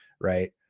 right